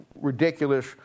ridiculous